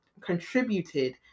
contributed